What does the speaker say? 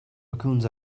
raccoons